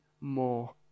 more